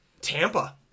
Tampa